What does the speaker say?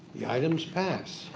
the items pass,